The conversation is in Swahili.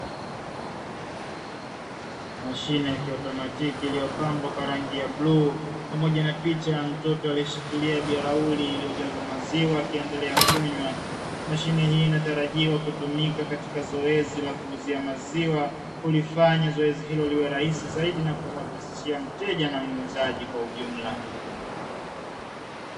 Mashine ya kiotamatiki iliyopambwa kwa rangi ya bluu pamoja na picha ya mtoto aliyeshikilia bilauri iliyojazwa maziwa, akiendelea kunywa mashine hii inatarajiwa kutumika katika zoezi la kuuzia maziwa kulifanya zoezi hilo liwe rahisi zaidi, na kumrahisishia mteja na muuzaji kwa ujumla.